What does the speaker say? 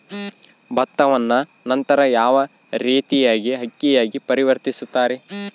ಭತ್ತವನ್ನ ನಂತರ ಯಾವ ರೇತಿಯಾಗಿ ಅಕ್ಕಿಯಾಗಿ ಪರಿವರ್ತಿಸುತ್ತಾರೆ?